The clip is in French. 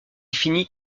finit